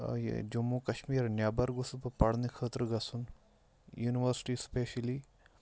یہِ جموں کَشمیٖرٕ نیٚبَر گوٚژھُس بہٕ پَرنہٕ خٲطرٕ گژھُن یونیورسٹی سٕپیشلی